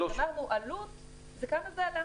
אמרנו: עלות זה כמה זה עלה.